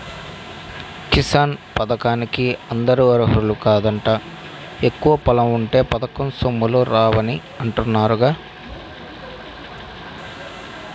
కిసాన్ పథకానికి అందరూ అర్హులు కాదంట, ఎక్కువ పొలం ఉంటే పథకం సొమ్ములు రావని అంటున్నారుగా